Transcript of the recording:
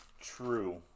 True